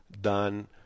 done